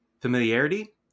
familiarity